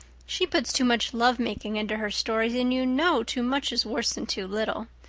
she puts too much lovemaking into her stories and you know too much is worse than too little.